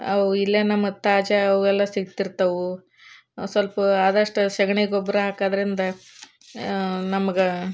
ಅವು ಇಲ್ಲೆ ಮತ್ತೆ ಆಚೆ ಅವೆಲ್ಲ ಸಿಗ್ತಿರ್ತಾವೆ ಸ್ವಲ್ಪ ಆದಷ್ಟು ಸಗಣಿ ಗೊಬ್ಬರ ಹಾಕೋದ್ರಿಂದ ನಮ್ಗೆ